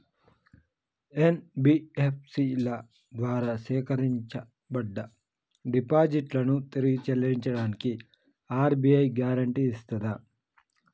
NBFC ల ద్వారా సేకరించబడ్డ డిపాజిట్లను తిరిగి చెల్లించడానికి ఆర్.బి.ఐ గ్యారెంటీ ఇస్తదా?